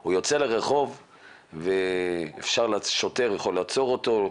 הוא יוצא לרחוב ושוטר יכול לעצור אותו,